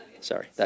Sorry